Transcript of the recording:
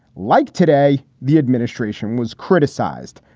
like today, the administration was criticized.